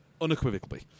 unequivocally